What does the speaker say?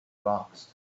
rocks